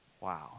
wow